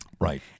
Right